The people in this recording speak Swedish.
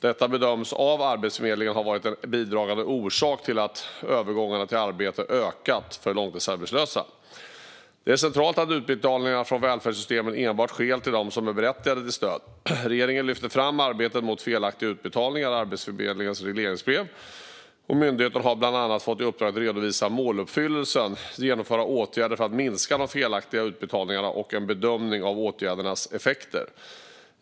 Detta bedöms av Arbetsförmedlingen ha varit en bidragande orsak till att övergångarna till arbete ökat för långtidsarbetslösa. Det är centralt att utbetalningar från välfärdssystemen enbart sker till dem som är berättigade till stöd. Regeringen lyfter fram arbetet mot felaktiga utbetalningar i Arbetsförmedlingens regleringsbrev. Myndigheten har bland annat fått i uppdrag att redovisa måluppfyllelsen, genomförda åtgärder för att minska de felaktiga utbetalningarna och en bedömning av åtgärdernas effekter.